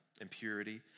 impurity